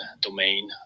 domain